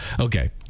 Okay